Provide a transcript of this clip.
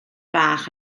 bach